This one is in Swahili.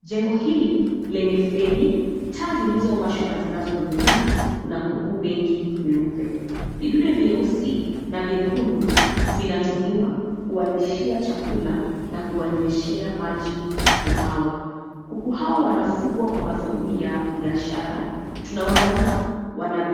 Jengo hili lenye feni, taa zilizowashwa na zinazoning'inia, kuna kuku wengi weupe. Vidude vyeusi na vyekundu zinatumiwa kuwalishia chakula na kuwanyweshea maji kuku hawa. Kuku hawa wanafugwa kwa madhumni ya biashara. Tunawaona wana